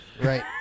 Right